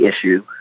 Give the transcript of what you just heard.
issue